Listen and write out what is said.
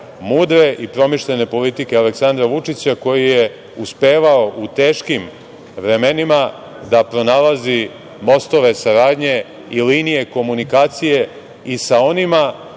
i promišljene politike Aleksandra Vučića koji je uspevao u teškim vremenima da pronalazi mostove saradnje i linije komunikacije i sa onima